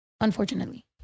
unfortunately